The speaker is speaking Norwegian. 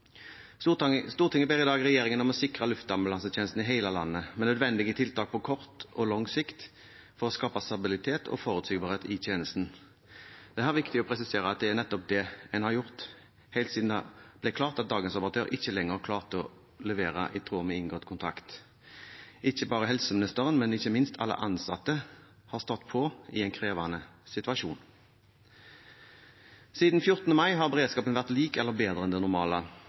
Stortinget ber i dag regjeringen om å sikre luftambulanseberedskapen i hele landet, med nødvendige tiltak på kort og lang sikt for å skape stabilitet og forutsigbarhet i tjenesten. Det er viktig å presisere at det er nettopp det en har gjort, helt siden det ble klart at dagens operatør ikke lenger klarte å levere i tråd med inngått kontrakt. Helseministeren, men ikke minst alle ansatte har stått på i en krevende situasjon. Siden 14. mai har beredskapen vært lik eller bedre enn det normale.